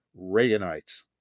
Reaganites